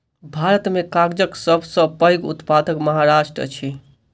भारत में कागजक सब सॅ पैघ उत्पादक महाराष्ट्र अछि